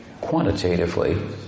quantitatively